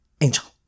angel